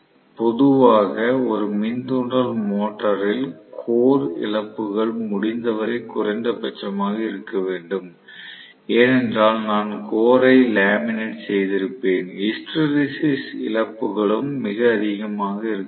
பொதுவாக ஒரு மின் தூண்டல் மோட்டரில் கோர் இழப்புகள் முடிந்தவரை குறைந்தபட்சமாக இருக்க வேண்டும் ஏனென்றால் நான் கோர் ஐ லேமினேட் செய்திருப்பேன் ஹிஸ்டெரெசிஸ் இழப்புகளும் மிக அதிகமாக இருக்காது